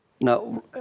Now